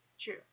True